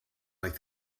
like